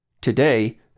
Today